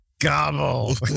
gobble